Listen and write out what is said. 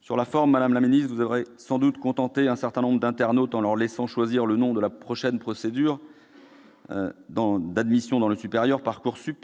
Sur la forme, madame la ministre, vous aurez sans doute contenté un certain nombre d'internautes en leur laissant choisir le nom - ParcourSup - de la prochaine procédure d'admission dans le supérieur. Au-delà